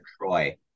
Troy